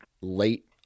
late